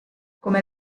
come